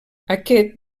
aquest